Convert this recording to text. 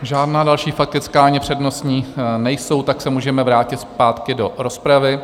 Žádná další faktická ani přednostní nejsou, tak se můžeme vrátit zpátky do rozpravy.